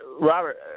Robert